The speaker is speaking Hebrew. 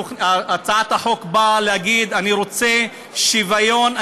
הצעת החוק באה להגיד: אני רוצה שוויון,